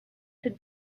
had